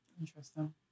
Interesting